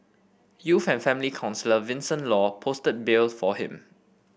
youth and family counsellor Vincent Law posted bail for him